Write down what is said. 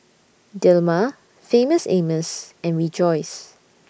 Dilmah Famous Amos and Rejoice